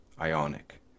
ionic